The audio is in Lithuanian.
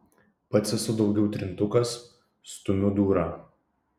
pats esu daugiau trintukas stumiu dūrą